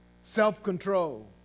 self-control